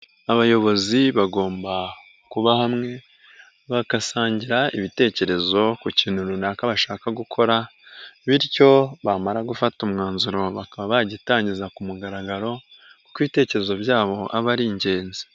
Abayobozi bagomba kuba hamwe bagasangira ibitekerezo ku kintu runaka bashaka gukora, bityo bamara gufata umwanzuro bakaba bagitangiza ku mugaragaro kuko ibitekerezo byabo aba ar'ingenzi.